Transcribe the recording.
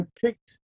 picked